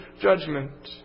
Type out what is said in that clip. judgment